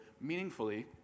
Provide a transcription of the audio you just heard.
meaningfully